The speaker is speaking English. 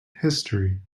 history